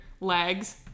legs